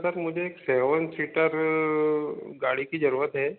sir मुझे एक seven seater गाड़ी की जरूरत है